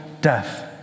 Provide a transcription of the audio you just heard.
death